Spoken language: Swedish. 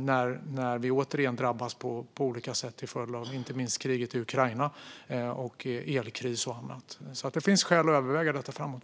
när vi återigen drabbas på olika sätt, inte minst till följd av kriget i Ukraina, elkrisen och annat. Det finns alltså skäl att överväga detta framöver.